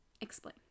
Explain